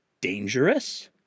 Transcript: dangerous